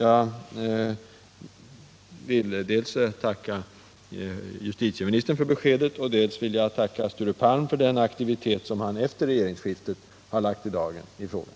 Jag vill dels tacka justitieministern för beskedet, dels tacka Sture Palm för den verksamhet som han efter regeringsskiftet har lagt i dagen i frågan.